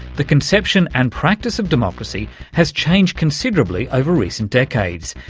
the conception and practice of democracy has changed considerably over recent decades,